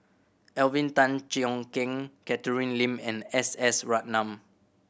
Alvin Tan Cheong Kheng Catherine Lim and S S Ratnam